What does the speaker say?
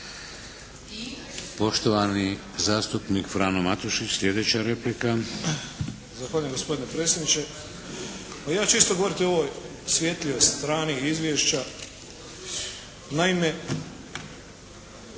Poštovani zastupnik Frano Matušić. Sljedeća replika. **Matušić, Frano (HDZ)** Zahvaljujem gospodine predsjedniče. Pa ja ću isto govoriti o ovoj svjetlijoj strani izvješća. Naime